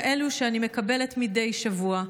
כאלה שאני מקבלת מדי שבוע,